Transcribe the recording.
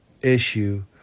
issue